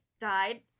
died